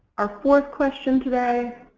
our fourth question today,